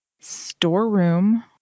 storeroom